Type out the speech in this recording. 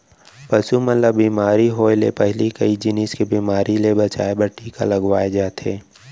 पसु मन ल बेमारी होय ले पहिली कई जिनिस के बेमारी ले बचाए बर टीका लगवाए जाथे